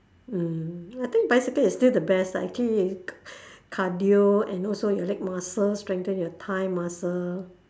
mm I think bicycle is still the best lah actually you cardio and also your leg muscle strengthen your thigh muscle